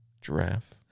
giraffe